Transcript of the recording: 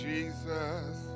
Jesus